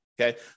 Okay